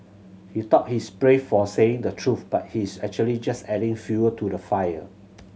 he thought he's brave for saying the truth but he's actually just adding fuel to the fire